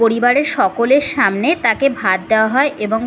পরিবারের সকলের সামনে তাকে ভাত দেওয়া হয় এবং